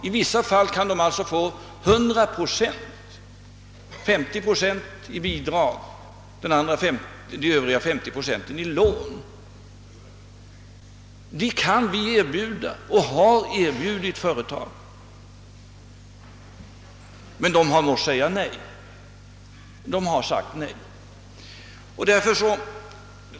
I vissa fall har de kunnat få 100 procent, 50 procent i bidrag och de övriga 50 procenten i lån, men de har måst säga nej.